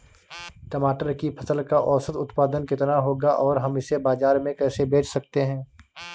टमाटर की फसल का औसत उत्पादन कितना होगा और हम इसे बाजार में कैसे बेच सकते हैं?